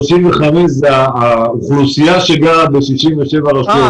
זאת האוכלוסייה שגרה ב-67 רשויות.